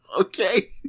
Okay